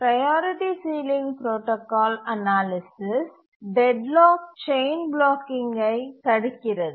priority ceiling protocol analysis deadlocks chain பிளாக்கிங்கை தடுக்கிறது